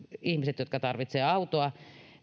ihmiset jotka tarvitsevat autoa